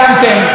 אז אם כן,